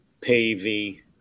Pavey